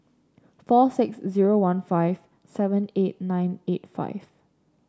four six zero one five seven eight nine eight five